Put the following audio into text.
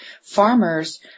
farmers